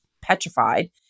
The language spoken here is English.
Petrified